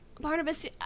Barnabas